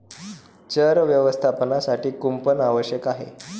चर व्यवस्थापनासाठी कुंपण आवश्यक आहे